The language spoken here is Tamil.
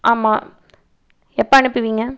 ஆமாம் எப்போ அனுப்புவீங்க